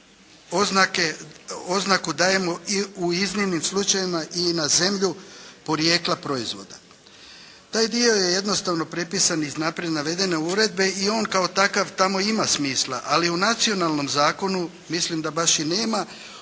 oznaku dajemo i u iznimnim slučajevima i na zemlju podrijetla proizvoda. Taj dio je jednostavno prepisan iz naprijed navedene uredbe i on kao takav tamo ima smisla, ali u nacionalnom zakonu mislim da baš i nema